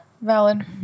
valid